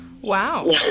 Wow